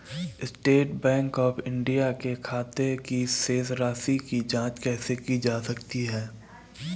State Bank of India के खाते की शेष राशि की जॉंच कैसे की जा सकती है?